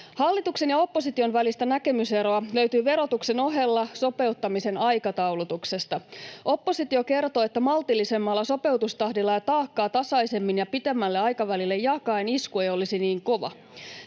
Hallituksen ja opposition välistä näkemyseroa löytyy verotuksen ohella sopeuttamisen aikataulutuksesta. Oppositio kertoo, että maltillisemmalla sopeutustahdilla ja taakkaa tasaisemmin ja pitemmälle aikavälille jakaen isku ei olisi niin kova.